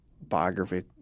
biography